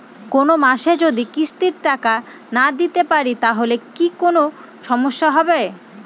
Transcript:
কোনমাসে যদি কিস্তির টাকা না দিতে পারি তাহলে কি কোন সমস্যা হবে?